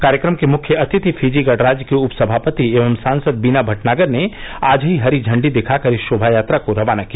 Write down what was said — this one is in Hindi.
कार्यक्रम की मुख्य अतिथि फिजी गणराज्य की उप सभापति एवं सांसद बीना भटनागर ने आज ही हरी झण्डी दिखाकर इस शोभायात्रा को रवाना किया